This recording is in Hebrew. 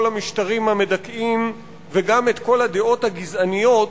המשטרים המדכאים וגם את כל הדעות הגזעניות,